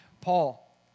Paul